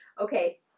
okay